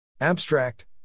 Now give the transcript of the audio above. Abstract